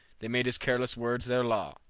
they made his careless words their law.